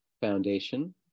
Foundation